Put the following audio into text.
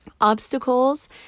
Obstacles